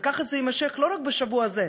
וככה זה יימשך לא רק בשבוע הזה,